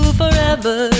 forever